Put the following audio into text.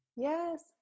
Yes